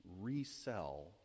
resell